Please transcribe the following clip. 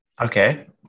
Okay